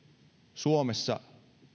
suomessa